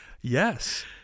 Yes